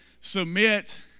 submit